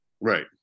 Right